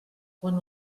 quan